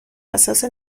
اساس